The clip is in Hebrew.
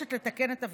זה לא תקנות.